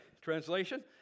translation